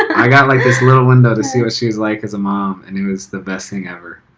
i got like this little window to see what she was like as a mom and it was the best thing ever.